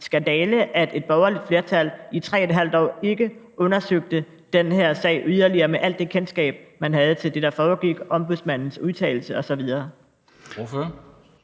skandale, at et borgerligt flertal i 3½ år ikke undersøgte den her sag yderligere med alt det kendskab, man havde til det, der foregik, Ombudsmandens udtalelse osv.?